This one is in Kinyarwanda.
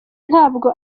ntabwo